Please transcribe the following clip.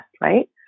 right